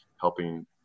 helping